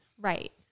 Right